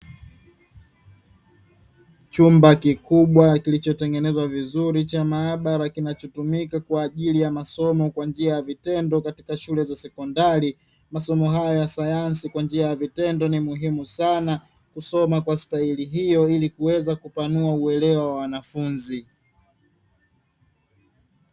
Chumba kikubwa kilichotengenezwa vizuri cha maabara kinachotumika kwa ajili ya masomo kwa njia ya vitendo katika shule za sekondari. Masomo hayo ya sayansi kwa njia ya vitendo ni muhimu sana kusoma kwa staili hiyo ili kuweza kupanua kuelewa wa wanafunzi.